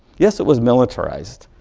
yes it was militarized,